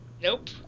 Nope